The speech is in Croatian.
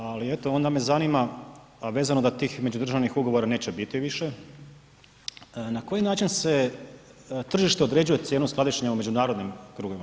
Ali, eto, onda me zanima, vezano da tih međudržavnih ugovora neće biti više na koji način se tržište određuje cijene skladištenja u međunarodnim krugovima?